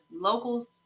locals